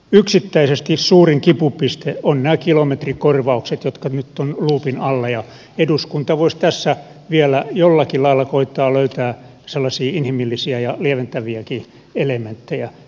yksittäisesti suurin kipupiste on nämä kilometrikorvaukset jotka nyt ovat luupin alla ja eduskunta voisi tässä vielä jollakin lailla koettaa löytää sellaisia inhimillisiä ja lieventäviäkin elementtejä